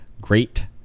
great